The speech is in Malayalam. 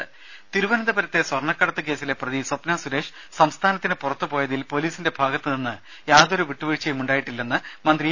രുഭ തിരുവനന്തപുരത്തെ സ്വർണ്ണക്കടത്ത് കേസിലെ പ്രതി സ്വപ്ന സുരേഷ് സംസ്ഥാനത്തിന് പുറത്ത് പോയതിൽ പോലീസിന്റെ ഭാഗത്ത് നിന്ന് യാതൊരു വിട്ടു വിഴ്ചയുമുണ്ടായിട്ടില്ലെന്ന് മന്ത്രി ഇ